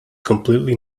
completely